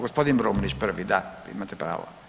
Gospodin Brumnić prvi da, imate pravo.